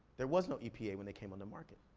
there was no epa when they came on the market.